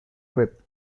grip